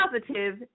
positive